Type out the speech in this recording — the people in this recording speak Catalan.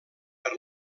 per